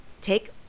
take